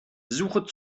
suche